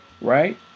right